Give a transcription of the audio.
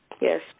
Yes